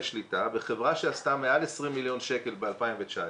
שליטה בחברה שעשתה מעל 20 מיליון שקל ב-2019,